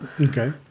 okay